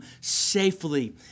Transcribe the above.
safely